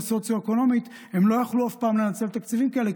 סוציו-אקונומית לא יכלו אף פעם לנצל תקציבים כאלה,